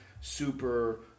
super